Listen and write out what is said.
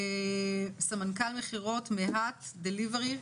סמנכ"ל מכירות מהאאט דליברי,